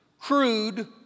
crude